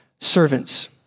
Servants